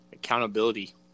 Accountability